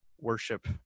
worship